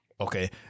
okay